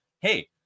Hey